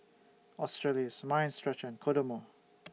Australis Mind Stretcher and Kodomo